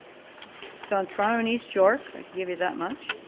so toronto in east york. i'll give you that much.